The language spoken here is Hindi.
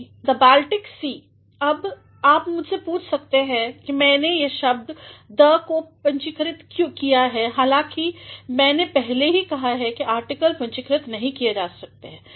The Baltic Sea अब आप मुझसे पूछ सकते हैं क्यों मैंने पहले शब्दthe को पूंजीकृतकिया है हालांकिमैने पहले ही कहा है कि आर्टिकलपूंजीकृतनहीं किया जा सकता है